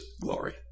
glory